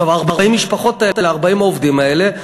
40 המשפחות האלה, 40 העובדים האלה,